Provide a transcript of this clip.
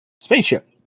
spaceship